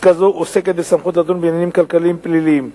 פסקה זו עוסקת בסמכות לדון בעניינים כלכליים פליליים.